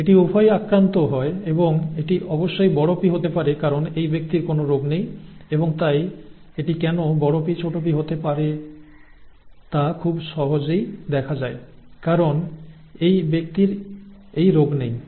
এটি উভয়ই আক্রান্ত হয় এবং এটি অবশ্যই P হতে পারে কারণ এই ব্যক্তির কোনও রোগ নেই এবং তাই এটি কেন Pp হতে পারে তা খুব সহজেই দেখা যায় কারণ এই ব্যক্তির এই রোগ নেই